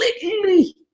completely